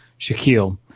Shaquille